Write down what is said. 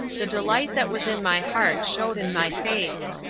the delight that was in my heart showed in my face,